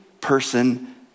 person